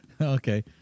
Okay